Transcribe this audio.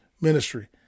ministry